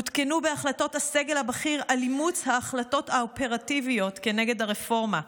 עודכנו בהחלטות הסגל הבכיר על אימוץ ההחלטות האופרטיביות נגד הרפורמה.